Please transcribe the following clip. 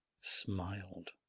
smiled